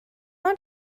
ond